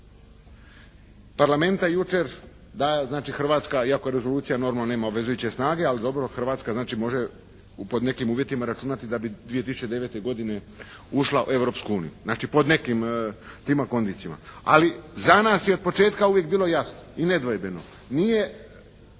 parlamenta jučer da znači Hrvatska iako rezolucija normalno nema obvezujuće snage, ali dobro Hrvatska znači može pod nekim uvjetima računati da bi 2009. godine ušla u Europsku uniju. Znači, pod nekim tim kondicijama. Ali za nas je od početka uvijek bilo jasno i nedvojbeno. Nije